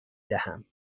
دهم